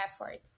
effort